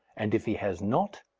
and if he has not,